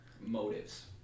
motives